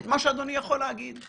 את מה שאדוני יכול להגיד,